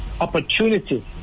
opportunity